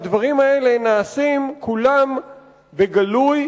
והדברים האלה נעשים כולם בגלוי